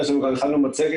כמו שיעל תיארה גם הכנו מצגת